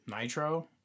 Nitro